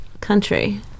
country